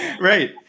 right